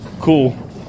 cool